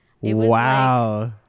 wow